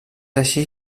així